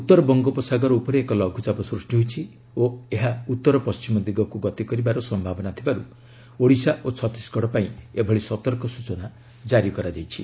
ଉତ୍ତର ବଙ୍ଗୋପସାଗର ଉପରେ ଏକ ଲଘୁଚାପ ସୃଷ୍ଟି ହୋଇଛି ଓ ଏହା ଉତ୍ତର ପଶ୍ଚିମ ଦିଗକୁ ଗତି କରିବାର ସମ୍ଭାବନା ଥିବାରୁ ଓଡ଼ିଶା ଓ ଛତିଶଗଡ଼ ପାଇଁ ଏଭଳି ସତର୍କ ସ୍ୱଚନା ଜାରୀ କରାଯାଇଛି